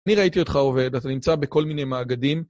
אני ראיתי אותך עובד, אתה נמצא בכל מיני מאגדים.